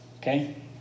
okay